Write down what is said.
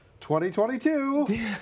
2022